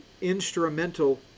instrumental